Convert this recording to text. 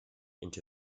into